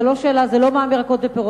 זה לא מע"מ ירקות ופירות,